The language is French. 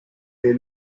est